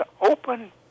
open